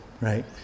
right